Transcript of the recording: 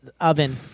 oven